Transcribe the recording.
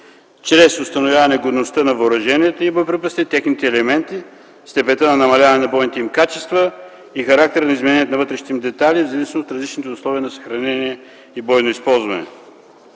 чрез установяване годността на въоръженията, боеприпасите и техните елементи, степента на намаляване на бойните им качества и характера на измененията на вътрешните им детайли, в зависимост от различните условия на съхранение и бойно използване.